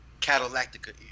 catalactica